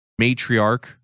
matriarch